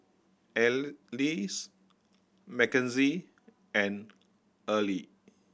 Alys Mackenzie and Earlie